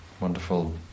wonderful